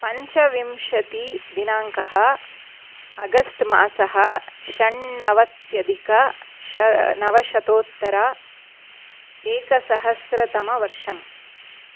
पञ्चविंशतिदिनाङ्कः अगस्त् मासः षण्णवत्यधिक नवशतोत्तर एकसहस्रतमवर्षं